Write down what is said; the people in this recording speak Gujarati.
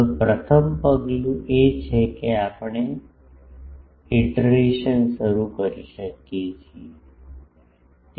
હવે પ્રથમ પગલું એ છે કે આપણે ઇટરેશન શરૂ કરી શકીએ છીએ